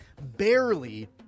barely